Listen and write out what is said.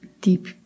deep